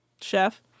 chef